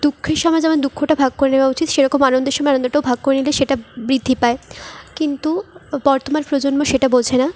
দুঃখের সময় যেমন দুঃখটা ভাগ করে নেওয়া উচিত সেরকম আনন্দের সময় আনন্দটাও ভাগ করে নিলে সেটা বৃদ্ধি পায় কিন্তু বর্তমান প্রজন্ম সেটা বোঝে না